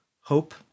hope